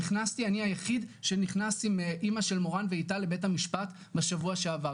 נכנסתי אני היחיד שנכנס עם אימא של מורן ואיתה לבית המשפט בשבוע שעבר,